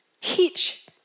Teach